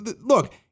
look